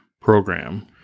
program